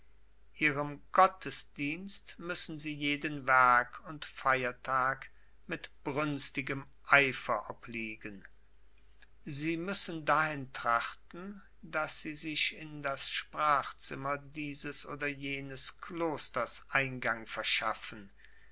ihrem gottesdienst müssen sie jeden werk und feiertag mit brünstigem eifer obliegen sie müssen dahin trachten daß sie sich in das sprachzimmer dieses oder jenes klosters eingang verschaffen